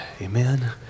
Amen